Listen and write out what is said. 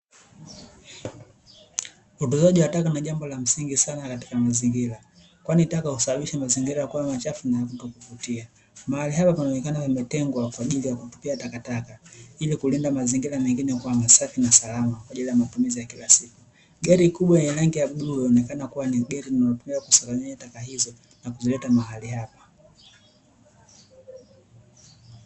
Utunzaji wa taka ni jambo la msingi sana katika mazingira kwani taka husababisha mazingira kuwa machafu na kutokuvutia , mahali hapa pameonekana pametengwa maalumu kwa ajili ya kutupia taka ili kulinda mazingira mengine kuwa safi na salama kwa ajili ya matumizi ya kila siku. Gari kubwa ya rangi ya bluu inaonekana kuwa ni gari inayotumika kukusanyia taka hizo na kuzileta mahali hapa.